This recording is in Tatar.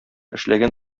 эшләгән